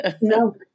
No